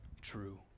true